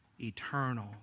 eternal